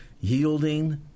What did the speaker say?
yielding